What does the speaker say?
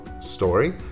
story